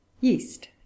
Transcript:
Yeast